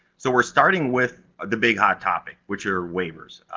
so, we're starting with the big hot topic, which are waivers.